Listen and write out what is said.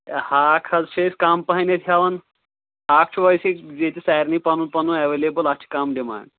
A ہاکھ حظ چھِ أسۍ کَم پَہمَتھ ہٮ۪وان اَکھ چھُ اَسہِ ییٚتہِ سارنی پَنُن پَنُن اٮ۪ویلیبٕل اَتھ چھِ کَم ڈِمانٛڈ